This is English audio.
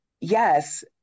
yes